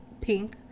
pink